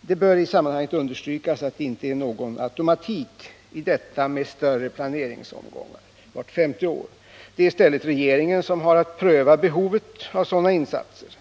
Det bör i sammanhanget understrykas att det inte är någon automatik i detta med större planeringsomgångar vart femte år. Det är i stället regeringen som har att pröva behovet av sådana insatser.